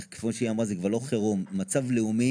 וכמו שהיא אמרה זה כבר לא חירום: מצב לאומי,